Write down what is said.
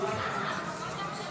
עושה.